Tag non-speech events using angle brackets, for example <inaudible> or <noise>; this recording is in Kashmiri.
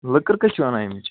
لٔکٕر <unintelligible> کتہِ چھِ اَنن اَمِچ